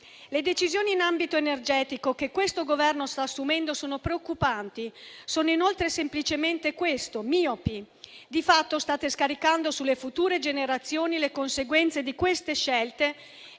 Le decisioni in ambito energetico che questo Governo sta assumendo sono preoccupanti e inoltre sono semplicemente miopi. Di fatto state scaricando sulle future generazioni le conseguenze di queste scelte,